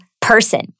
person